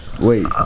Wait